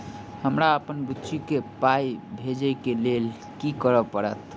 हमरा अप्पन बुची केँ पाई भेजइ केँ लेल की करऽ पड़त?